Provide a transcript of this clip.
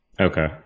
Okay